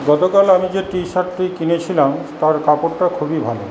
গতকাল আমি যে টি শার্টটি কিনেছিলাম তার কাপড়টা খুবই ভালো